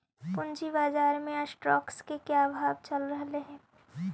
पूंजी बाजार में स्टॉक्स के क्या भाव चल रहलई हे